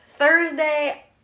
Thursday